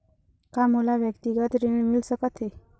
का मोला व्यक्तिगत ऋण मिल सकत हे?